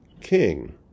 king